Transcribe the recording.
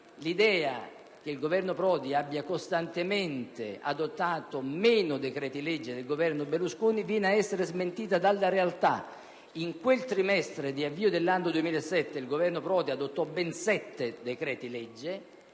l'idea che il Governo Prodi abbia costantemente varato meno decreti-legge rispetto al Governo Berlusconi viene ad essere smentita dalla realtà: in quel trimestre di avvio dell'anno 2007, infatti, il Governo Prodi varò ben sette decreti-legge;